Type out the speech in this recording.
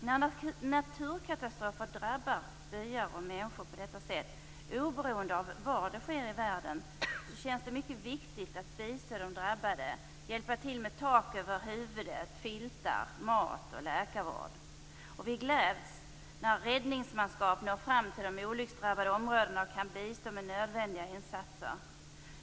När naturkatastrofer drabbar byar och människor på detta sätt, oberoende av var det sker i världen, känns det mycket viktigt att bistå de drabbade och hjälpa till med tak över huvudet, filtar, mat och läkarvård. Vi gläds när räddningsmanskap når fram till de olycksdrabbade områdena och kan bistå med nödvändiga insatser.